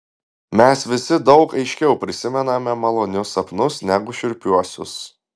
mes visi daug aiškiau prisimename malonius sapnus negu šiurpiuosius